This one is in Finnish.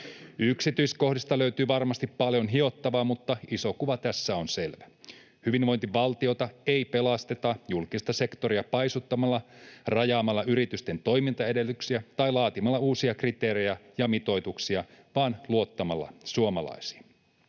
Yksityiskohdista löytyy varmasti paljon hiottavaa, mutta iso kuva tässä on selvä. Hyvinvointivaltiota ei pelasteta julkista sektoria paistamalla, rajaamalla yritysten toimintaedellytyksiä tai laatimalla uusia kriteerejä ja mitoituksia vaan luottamalla suomalaisiin.